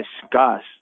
discuss